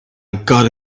gotta